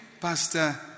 Pastor